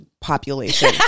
population